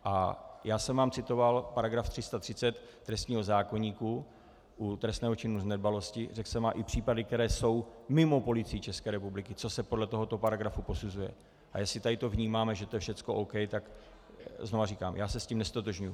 A já jsem vám citoval § 330 trestního zákoníku u trestného činu z nedbalosti, řekl jsem vám i případy, které jsou mimo Policii České republiky, co se podle tohoto paragrafu posuzuje, a jestli tady to vnímáme, že to je všecko OK, tak znovu říkám, já se s tím neztotožňuji.